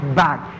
back